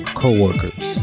co-workers